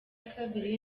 kabiri